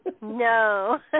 No